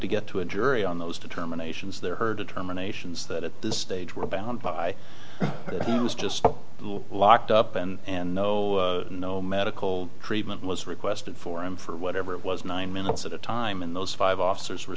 to get to a jury on those determinations there her determinations that at this stage we're bound by but it was just locked up and no no medical treatment was requested for him for whatever it was nine minutes at a time and those five officers were